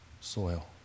soil